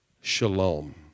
shalom